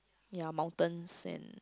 ya mountains and